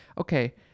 Okay